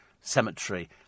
Cemetery